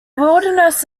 wilderness